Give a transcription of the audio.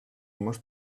most